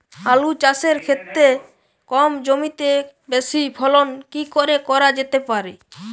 আলু চাষের ক্ষেত্রে কম জমিতে বেশি ফলন কি করে করা যেতে পারে?